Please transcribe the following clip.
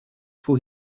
for